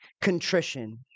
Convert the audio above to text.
contrition